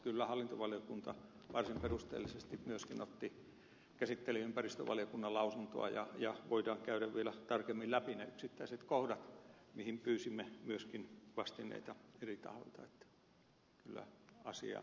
kyllä hallintovaliokunta varsin perusteellisesti otti käsittelyyn myöskin ympäristövaliokunnan lausunnon ja voidaan käydä vielä tarkemmin läpi ne yksittäiset kohdat mihin pyysimme myöskin vastineita eri tahoilta